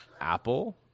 Apple